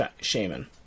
Shaman